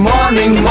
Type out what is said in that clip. Morning